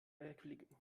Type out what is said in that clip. erblicken